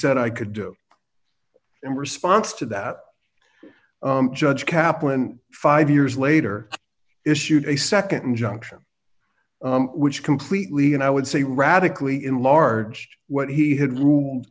said i could do in response to that judge kaplan five years later issued a nd injunction which completely and i would say radically enlarged what he had rule